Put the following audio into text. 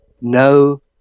No